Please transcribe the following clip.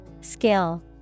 Skill